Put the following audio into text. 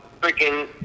freaking